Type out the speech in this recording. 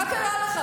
מה קרה לך?